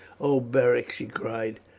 oh, beric, she cried,